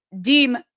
deem